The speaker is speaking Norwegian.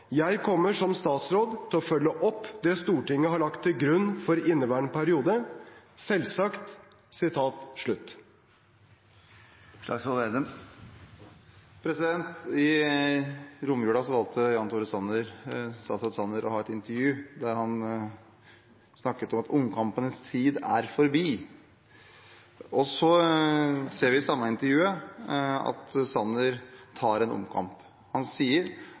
kommer som statsråd til å følge opp det Stortinget har lagt til grunn for inneværende periode – selvsagt.» I romjulen valgte statsråd Jan Tore Sanner å gi et intervju der han snakket om at omkampenes tid er forbi. Vi ser i det samme intervjuet at Sanner tar en omkamp. Han sier